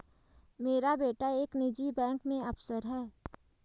मेरा बेटा एक निजी बैंक में अफसर है